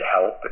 help